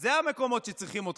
אלה המקומות שבהם צריכים אותך.